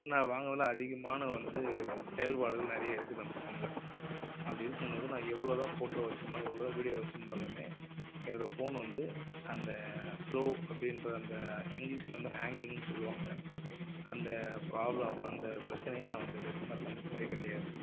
நான் வாங்கனதில் அதிகமான வந்து செயல்பாடுகள் நிறைய இருக்குது அந்த ஃபோனில் அப்படிருக்கும்போது நான் எவ்வளோதான் ஃபோட்டோ வச்சுருந்தாலும் எவ்வளோதான் வீடியோ வச்சுருந்தாலுமே என்னோட ஃபோன் வந்து அந்த ஸ்லோ அப்படிகிற அந்த இங்கிலிஷ்சில் வந்து ஹேங்கிங்னு சொல்லுவாங்க அந்த ப்ராப்லம் அந்த பிரச்சினைய வந்து நான் இதுவரைக்கும் சந்தித்ததே கிடையாது